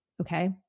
okay